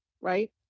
right